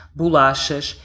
bolachas